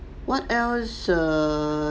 what else err